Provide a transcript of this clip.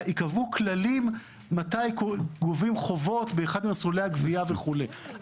ייקבעו כללים מתי גובים חובות באחד ממסלולי הגבייה וכולי.